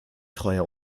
treuer